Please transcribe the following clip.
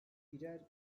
birer